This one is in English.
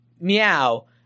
meow